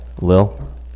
Lil